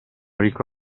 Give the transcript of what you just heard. ricco